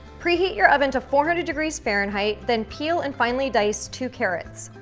preheat your oven to four hundred degrees fahrenheit. then, peel and finally dice two carrots.